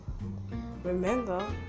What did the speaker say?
Remember